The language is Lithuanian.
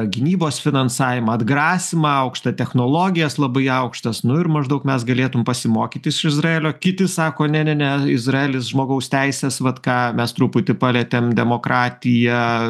gynybos finansavimą atgrasymą aukštą technologijas labai aukštas nu ir maždaug mes galėtum pasimokyti iš izraelio kiti sako ne ne ne izraelis žmogaus teisės vat ką mes truputį palietėm demokratiją